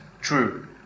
true